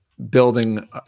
Building